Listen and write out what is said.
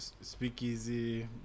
speakeasy